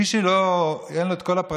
מי שאין לו את כל הפרטים,